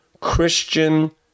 Christian